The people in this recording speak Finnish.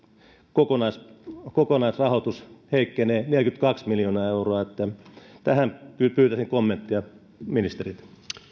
kokonaisrahoitus heikkenee neljäkymmentäkaksi miljoonaa euroa tähän pyytäisin kommenttia ministeriltä